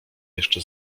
jeszcze